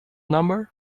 number